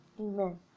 Amen